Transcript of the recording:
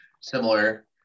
similar